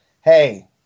hey